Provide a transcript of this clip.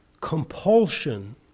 compulsion